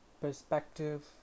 perspective